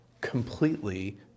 completely